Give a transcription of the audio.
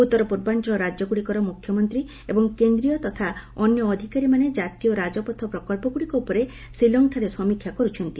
ଉତ୍ତରପୂର୍ବାଞ୍ଚଳ ରାଜ୍ୟଗୁଡ଼ିକର ମୁଖ୍ୟମନ୍ତ୍ରୀ ଏବଂ କେନ୍ଦ୍ରୀୟ ତଥା ଅନ୍ୟ ଅଧିକାରୀମାନେ କାତୀୟ ରାଜପଥ ପ୍ରକଳ୍ପଗୁଡ଼ିକ ଉପରେ ସିଲଂଠାରେ ସମୀକ୍ଷା କରୁଛନ୍ତି